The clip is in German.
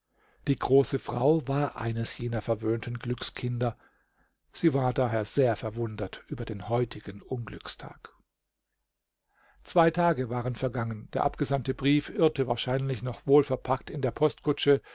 die große frau war eines jener verwöhnten glückskinder sie war daher sehr verwundert über den heutigen unglückstag zwei tage waren vergangen der abgesandte brief irrte wahrscheinlicherweise noch wohlverpackt in der postkutsche